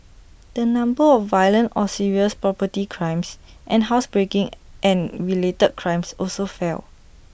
the number of violent or serious property crimes and housebreaking and related crimes also fell